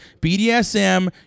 BDSM